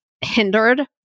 hindered